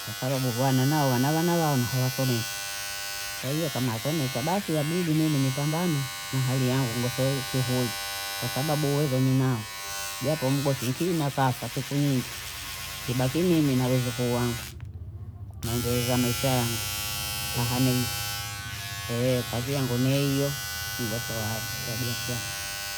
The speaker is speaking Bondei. Kabwa bhuwana nao wana wana wao na hawasomesha, kwa hiyo kama asomesha basi yabidi mimi nipambane na hali yangu nigosowe shughuli kwa sababu uwezo ninao japo mgosi nkina kafa siku nyingi kibaki mimi na wezukuu wangu naendeza Maisha yangu aha ne hiyo kazi yangu ne hiyo nigosoayo katika biashara